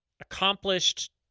accomplished